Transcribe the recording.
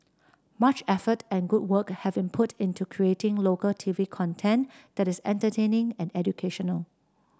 much effort and good work have been put into creating local TV content that is entertaining and educational